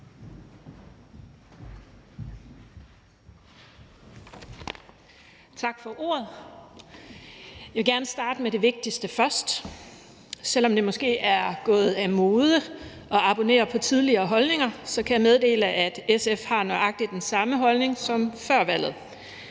Tak for ordet. Jeg vil gerne starte med det vigtigste først. Selv om det måske er gået af mode at abonnere på tidligere holdninger, kan jeg meddele, at SF har nøjagtig den samme holdning som før valget.